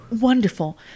Wonderful